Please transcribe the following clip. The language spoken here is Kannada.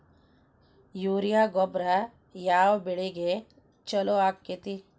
ಯೂರಿಯಾ ಗೊಬ್ಬರ ಯಾವ ಬೆಳಿಗೆ ಛಲೋ ಆಕ್ಕೆತಿ?